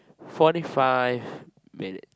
forty five minute